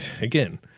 again